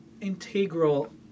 integral